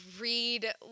read